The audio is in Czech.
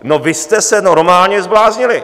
No, vy jste se normálně zbláznili!